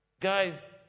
guys